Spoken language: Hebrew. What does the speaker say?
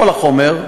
כל החומר,